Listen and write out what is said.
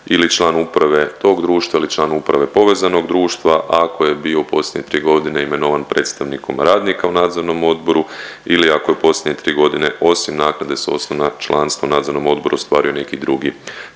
ili član uprav tog društva ili član uprave povezanog društva, ako je bio u posljednje tri godine imenovan predstavnikom radnika u nadzornom odboru ili ako je posljednje tri godine osim naknade s osnova članstva u nadzornom odboru, ostvario neki drugi prihod i